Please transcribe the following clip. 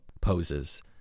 poses